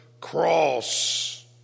cross